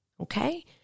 Okay